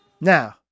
Now